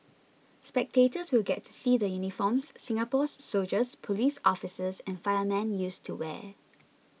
spectators will get to see the uniforms Singapore's soldiers police officers and firemen used to wear